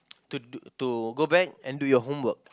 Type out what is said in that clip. to to to go back and do your homework